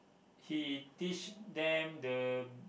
he teach them the